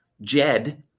Jed